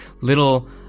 little